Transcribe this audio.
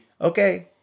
okay